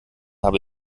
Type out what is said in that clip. habe